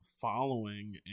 following